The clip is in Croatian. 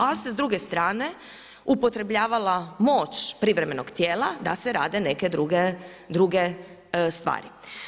Ali, se s druge strane upotrebljavala moć privremenog tijela, da se rade neke druge stvari.